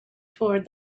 toward